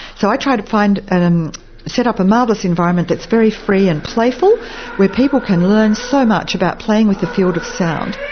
so i try to set and and set up a marvellous environment that's very free and playful where people can learn so much about playing with the field of sound,